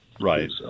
Right